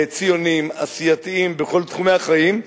ציונים, עשייתיים בכל תחומי החיים.